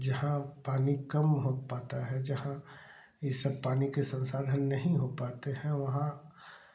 जहाँ पानी कम हो पाता है जहाँ ये सब पानी के संसाधन नहीं हो पाते हैं वहाँ